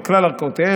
על כלל ערכאותיהם.